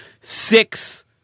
six